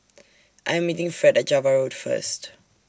I Am meeting Fred At Java Road First